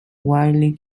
wildly